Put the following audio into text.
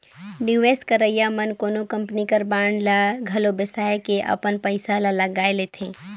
निवेस करइया मन कोनो कंपनी कर बांड ल घलो बेसाए के अपन पइसा ल लगाए लेथे